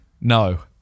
No